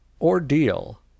Ordeal